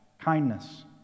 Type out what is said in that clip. kindness